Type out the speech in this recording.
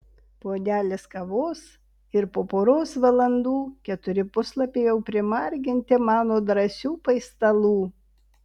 puodelis kavos ir po poros valandų keturi puslapiai jau primarginti mano drąsių paistalų